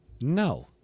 No